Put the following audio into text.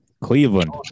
Cleveland